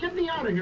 me out